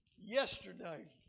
yesterday